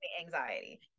anxiety